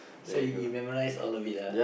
so you memorise all of it ah